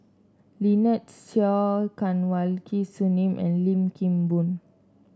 Lynnette Seah Kanwaljit Soin and Lim Kim Boon